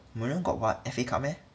mourinho got what F_A cup meh